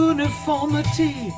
Uniformity